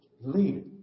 Lead